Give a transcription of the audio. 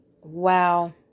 wow